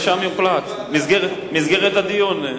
ושם יוחלט במסגרת הדיון.